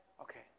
Okay